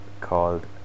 called